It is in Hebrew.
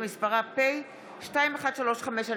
שמספרה פ/2135/23.